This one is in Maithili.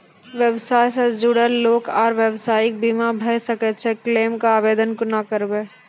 व्यवसाय सॅ जुड़ल लोक आर व्यवसायक बीमा भऽ सकैत छै? क्लेमक आवेदन कुना करवै?